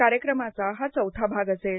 कार्यक्रमाचा हा चौथा भाग असेल